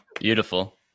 Beautiful